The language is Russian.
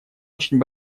очень